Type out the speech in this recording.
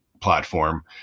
platform